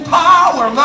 power